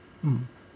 mm